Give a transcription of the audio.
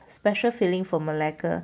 special feeling for malacca